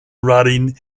rotting